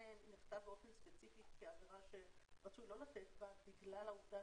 נכתב באופן ספציפי כעבירה שרצוי לא לתת בה בגלל העובדה